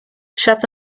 set